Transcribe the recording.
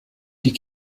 die